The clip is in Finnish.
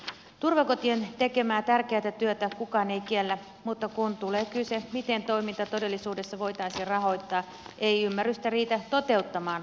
turvakotien tekemää tärkeätä työtä kukaan ei kiellä mutta kun tulee kyse siitä miten toiminta todellisuudessa voitaisiin rahoittaa ei ymmärrystä riitä toteuttamaan rahoitustarvetta